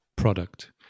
product